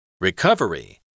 Recovery